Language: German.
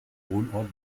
wohnort